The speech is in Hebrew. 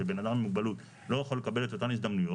שבן אדם עם מוגבלות לא יכול לקבל את אותן הזדמנויות,